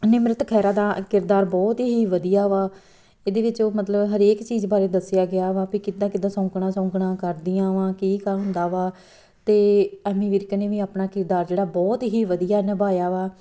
ਨਿਮਰਤ ਖਹਿਰਾ ਦਾ ਕਿਰਦਾਰ ਬਹੁਤ ਹੀ ਵਧੀਆ ਵਾ ਇਹਦੇ ਵਿੱਚ ਮਤਲਬ ਹਰੇਕ ਚੀਜ਼ ਬਾਰੇ ਦੱਸਿਆ ਗਿਆ ਵਾ ਵੀ ਕਿੱਦਾਂ ਕਿੱਦਾਂ ਸੌਂਕਣਾ ਸੌਂਕਣਾ ਕਰਦੀਆਂ ਵਾ ਕੀ ਕੀ ਹੁੰਦਾ ਵਾ ਅਤੇ ਐਮੀ ਵਿਰਕ ਨੇ ਵੀ ਆਪਣਾ ਕਿਰਦਾਰ ਜਿਹੜਾ ਬਹੁਤ ਹੀ ਵਧੀਆ ਨਿਭਾਇਆ ਵਾ